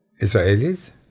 Israelis